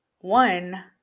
One